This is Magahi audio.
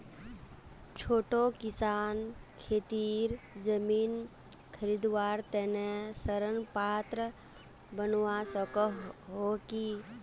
छोटो किसान खेतीर जमीन खरीदवार तने ऋण पात्र बनवा सको हो कि?